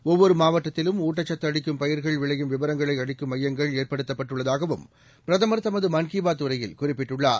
ஒவ்வொருமாவட்டத்திலும்ஊட்டச்சத்துஅளிக்கும்பயிர்க ள்விளையும்விவரங்களைஅளிக்கும்மையங்கள்ஏற்படுத் தப்பட்டுஉள்ளதாகவும்பிரதமர்தமது மன்கிபாத்உரையி ல்குறிப்பிட்டார்